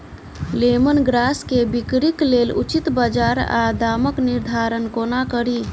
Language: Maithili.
लेमन ग्रास केँ बिक्रीक लेल उचित बजार आ दामक निर्धारण कोना कड़ी?